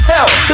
Hell